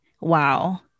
Wow